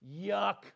yuck